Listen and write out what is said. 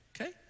Okay